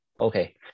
Okay